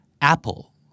Apple